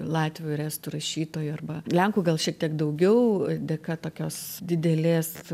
latvių ir estų rašytojų arba lenkų gal šiek tiek daugiau dėka tokios didelės